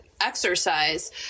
exercise